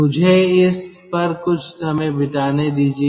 मुझे इस पर कुछ समय बिताने दीजिए